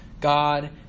God